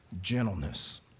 Gentleness